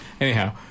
Anyhow